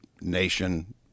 nation